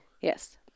Yes